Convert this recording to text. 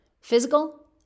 physical